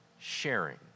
sharing